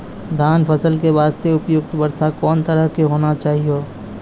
धान फसल के बास्ते उपयुक्त वर्षा कोन तरह के होना चाहियो?